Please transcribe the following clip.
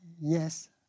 Yes